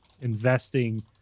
investing